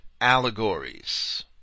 allegories